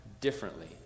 differently